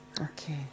Okay